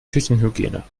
küchenhygiene